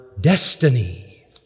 destiny